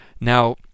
Now